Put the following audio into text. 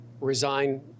resign